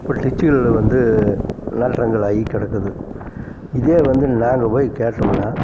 அப்புறம் டிச்சிகள்ல வந்து நாற்றங்கள் ஆகி கிடக்குது இதே வந்து நாங்கள் போய் கேட்டோமுன்னா